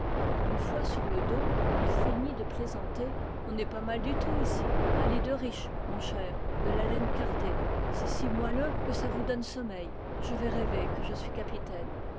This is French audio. une fois sur le dos il feignit de plaisanter on n'est pas mal du tout ici un lit de riche mon cher de la laine cardée c est si moelleux que ça vous donne sommeil je vais rêver que je suis capitaine